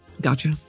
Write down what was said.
Gotcha